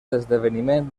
esdeveniment